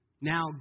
Now